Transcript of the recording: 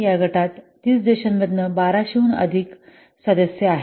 या गटात 30 देशांमधून 1200 हून अधिक सदस्य आहेत